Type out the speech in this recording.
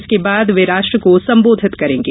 इसके बाद वे राष्ट्र को संबोधित करेंगे